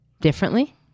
differently